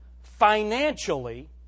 financially